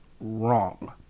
wrong